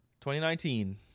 2019